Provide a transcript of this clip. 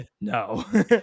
no